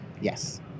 Yes